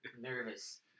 Nervous